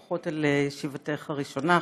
ברכות על ישיבתך הראשונה,